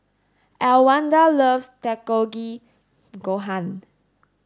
Elwanda loves Gohan